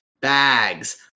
bags